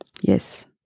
yes